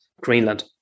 Greenland